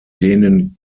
denen